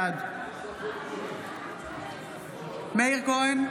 בעד מאיר כהן,